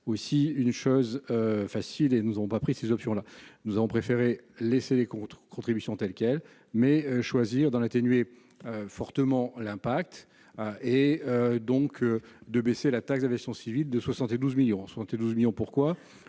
aussi une chose facile, et nous avons pas pris ces options-là, nous avons préféré laisser les contres contribution telle quelle, mais choisir d'en atténuer fortement l'impact et donc de baisser la taxe d'aviation civile de 72 1000000 72 millions pourquoi